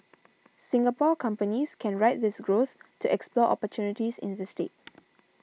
Singapore companies can ride this growth to explore opportunities in the state